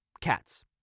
Cats